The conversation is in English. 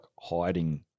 hiding